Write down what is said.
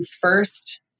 first